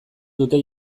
dute